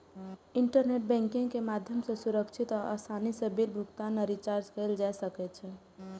internet banking के माध्यम सं सुरक्षित आ आसानी सं बिल भुगतान आ रिचार्ज कैल जा सकै छै